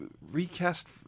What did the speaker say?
recast